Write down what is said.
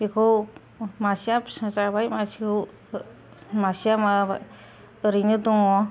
बेखौ मासेया फिसा जाबाय मासेखौ मासेया माबाबाय ओरैनो दङ